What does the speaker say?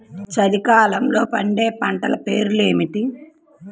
చలికాలంలో పండే పంటల పేర్లు ఏమిటీ?